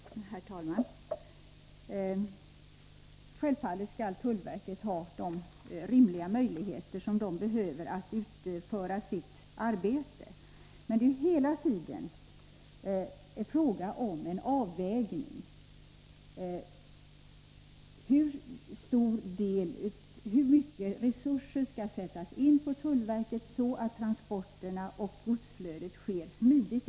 Herr talman! Självfallet skall tullverket ha rimliga möjligheter att utföra sitt arbete. Men det är hela tiden fråga om en avvägning — hur mycket resurser som tullverket skall få så att transporterna och godsflödet sker smidigt.